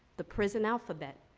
the prison alphabet.